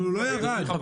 אבל הוא לא ירד --- רם,